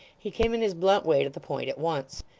he came in his blunt way to the point at once.